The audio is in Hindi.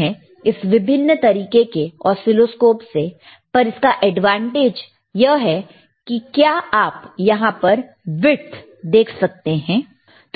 है इस विभिन्न तरीके के ऑसीलोस्कोप से पर इसका एडवांटेज यह है कि क्या आप यहां पर विड्थ देख सकते हैं